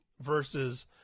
versus